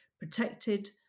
protected